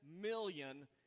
million